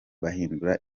bahindura